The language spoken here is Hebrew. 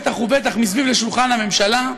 בטח ובטח מסביב לשולחן הממשלה,